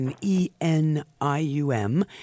E-N-I-U-M